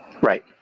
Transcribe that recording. Right